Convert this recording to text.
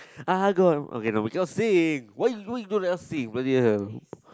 ah go on okay we can't sing why you why don't you let us sing bloody hell